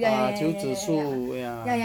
ah 秋子树 ya